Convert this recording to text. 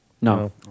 No